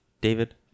David